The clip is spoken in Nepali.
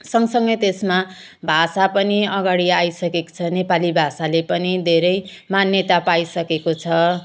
सँगसँगै त्यसमा भाषा पनि अगाडि आइसकेको छ नेपाली भाषाले पनि धेरै मान्यता पाइसकेको छ